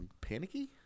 panicky